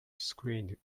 screened